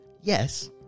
yes